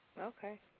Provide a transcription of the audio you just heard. Okay